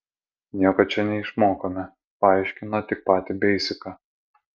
nieko čia neišmokome paaiškino tik patį beisiką